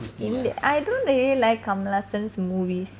india I don't really like Kamal Haasan's hasans movies